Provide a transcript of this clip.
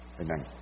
Amen